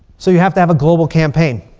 so you have to have a global campaign.